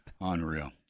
Unreal